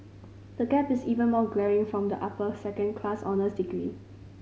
the gap is even more glaring for the upper second class honours degree